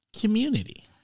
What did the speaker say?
Community